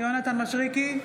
יונתן מישרקי,